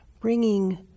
bringing